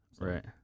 Right